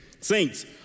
Saints